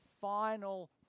final